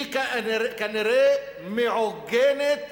כנראה היא מעוגנת